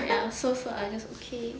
ya so I just okay